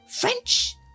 French